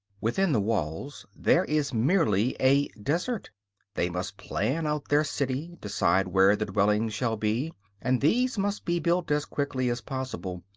within the walls there is merely a desert they must plan out their city, decide where the dwellings shall be and these must be built as quickly as possible,